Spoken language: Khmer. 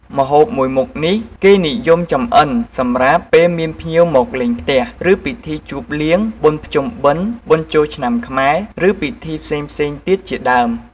ម្ហូបមួយមុខនេះគេនិយមចំអិនសម្រាប់ពេលមានភ្ញៀវមកលេងផ្ទះ ឬពិធីជប់លៀង បុណ្យភ្ជុំបិណ្ឌ បុណ្យចូលឆ្នាំខ្មែរ និងពិធីផ្សេងៗទៀតជាដើម។